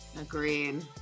agreed